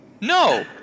No